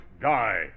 die